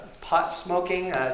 pot-smoking